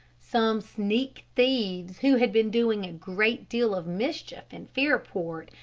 some sneak thieves, who had been doing a great deal of mischief in fairport,